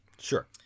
Sure